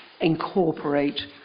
incorporate